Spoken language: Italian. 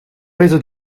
peso